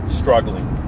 struggling